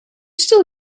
still